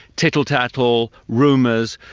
tittle-tattle, rumours,